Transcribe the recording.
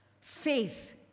faith